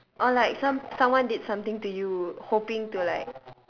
or like some~ someone did something to you hoping to like